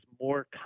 more